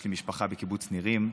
יש לי משפחה בקיבוץ נירים,